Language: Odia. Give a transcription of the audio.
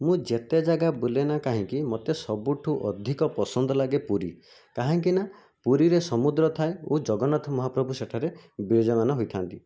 ମୁଁ ଯେତେ ଜାଗା ବୁଲେ ନା କାହିଁକି ମୋତେ ସବୁଠୁ ଅଧିକ ପସନ୍ଦ ଲାଗେ ପୁରୀ କାହିଁକିନା ପୁରୀରେ ସମୁଦ୍ର ଥାଏ ଓ ଜଗନ୍ନାଥ ମହାପ୍ରଭୁ ସେଠାରେ ବିରାଜମାନ ହୋଇଥାନ୍ତି